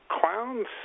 clowns